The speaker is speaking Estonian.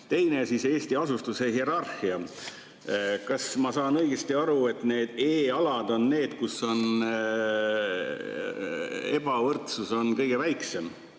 Teine on Eesti asustuse hierarhia kohta. Kas ma saan õigesti aru, et E-alad on need, kus ebavõrdsus on kõige väiksem,